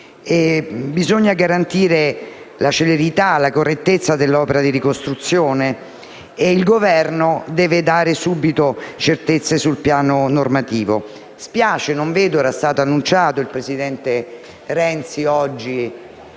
Bisogna garantire la celerità e la correttezza dell'opera di ricostruzione e il Governo deve dare subito certezze sul piano normativo.